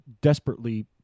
desperately